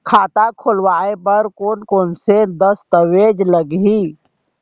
खाता खोलवाय बर कोन कोन से दस्तावेज लागही?